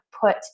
put